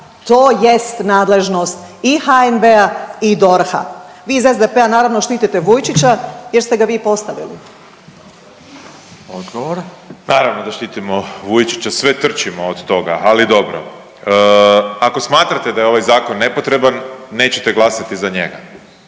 To jest nadležnost i HNB-a i DORH-a. Vi iz SDP-a, naravno, štitite Vujčića jer ste ga vi i postavili. **Radin, Furio (Nezavisni)** Odgovor. **Grbin, Peđa (SDP)** Naravno da štitimo Vujčića, sve trčimo od toga, ali dobro. Ako smatrate da je ovaj Zakon nepotreban, nećete glasati za njega.